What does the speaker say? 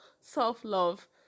self-love